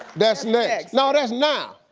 that's next? no, that's now!